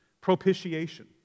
Propitiation